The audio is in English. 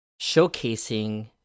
showcasing